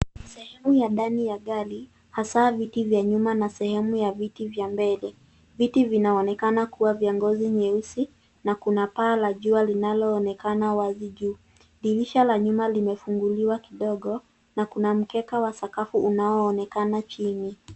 Sehemu ya ndani ya gari hasa viti vya nyuma na sehemu ya viti vya mbele .Viti vinaonekana kuwa vya ngozi nyeusi na kuna paa la jua linaloonekana wazi juu. Dirisha la nyuma limefunguliwa kidogo na kuna mkeka wa sakafu unaoonekana chini.